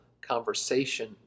conversation